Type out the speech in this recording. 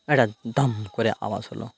একটা দম করে আওয়াজ হলো